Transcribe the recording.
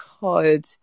God